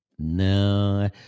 No